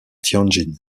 tianjin